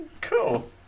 Cool